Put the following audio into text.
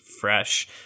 fresh